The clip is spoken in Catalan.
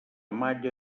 malla